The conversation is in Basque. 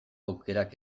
aukerak